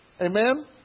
Amen